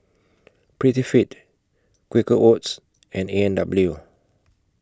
Prettyfit Quaker Oats and A and W